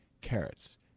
carrots